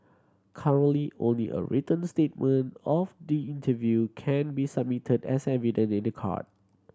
currently only a written statement of the interview can be submitted as evidence in the court